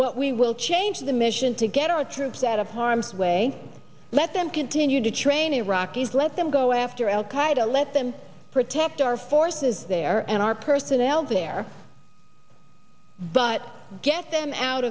but we will change the mission to get our troops out of harm's way let them continue to train iraqis let them go after al qaeda let them protect our forces there and our personnel there but get them out